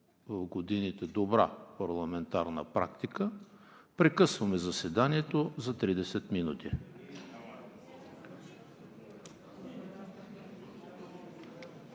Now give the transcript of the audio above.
годините добра парламентарна практика прекъсваме заседанието за 30 минути.